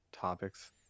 topics